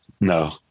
no